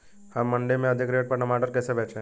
हम मंडी में अधिक रेट पर टमाटर कैसे बेचें?